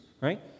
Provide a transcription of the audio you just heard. right